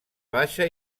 baixa